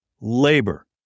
labor